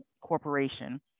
corporation